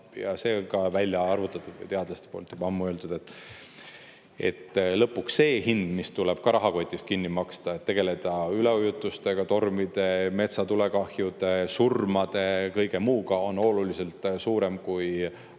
ja see on ka välja arvutatud või teadlaste poolt juba ammu öeldud, et lõpuks see hind, mis tuleb ka [meie kõigi] rahakotist kinni maksta – tegeleda üleujutustega, tormide, metsatulekahjude, surmade, kõige muuga –, on oluliselt suurem kui